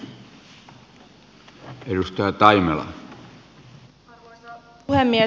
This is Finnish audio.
arvoisa puhemies